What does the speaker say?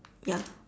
ya